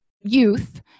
youth